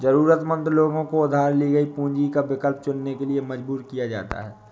जरूरतमंद लोगों को उधार ली गई पूंजी का विकल्प चुनने के लिए मजबूर किया जाता है